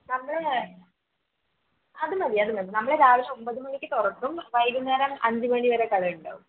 നമ്മളെ അതുമതി അതുമതി നമ്മള് രാവിലെ ഒൻപത് മണിക്ക് തുറക്കും വൈകുന്നേരം അഞ്ചുമണിവരെ കടയുണ്ടാകും